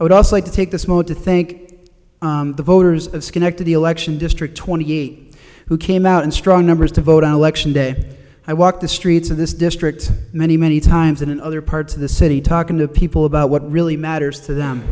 i would also like to take this moment to thank the voters of schenectady election district twenty eight who came out in strong numbers to vote on election day i walked the streets of this district many many times and in other parts of the city talking to people about what really matters to them